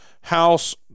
house